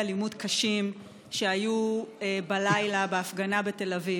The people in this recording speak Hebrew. אלימות קשים שהיו בלילה בהפגנה בתל אביב.